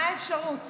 מה האפשרות?